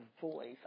voice